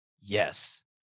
yes